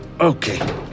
Okay